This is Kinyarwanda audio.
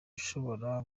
ushobora